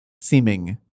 seeming